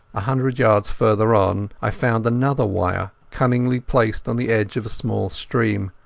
a hundred yards farther on i found another wire cunningly placed on the edge of a small stream.